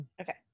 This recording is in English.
Okay